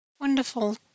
Wonderful